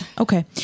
Okay